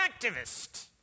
activist